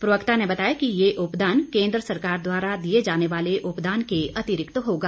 प्रवक्ता ने बताया कि ये उपदान केंद्र सरकार द्वारा दिए जाने वाले उपदान के अतिरिक्त होगा